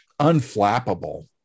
Unflappable